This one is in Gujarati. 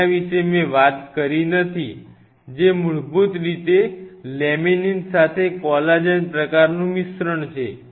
જેના વિશે મેં વાત કરી નથી જે મૂળભૂત રીતે લેમિનીન સાથે કોલાજન પ્રકારનું મિશ્રણ છે